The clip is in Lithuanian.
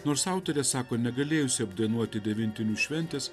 nors autorė sako negalėjusi apdainuoti devintinių šventės